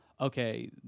okay